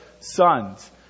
sons